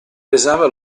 pesava